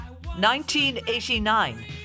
1989